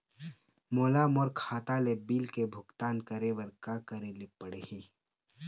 मोला मोर खाता ले बिल के भुगतान करे बर का करेले पड़ही ही?